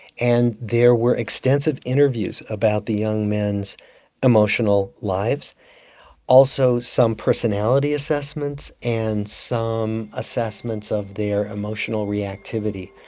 and there were extensive interviews about the young men's emotional lives also some personality assessments and some assessments of their emotional reactivity.